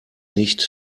nicht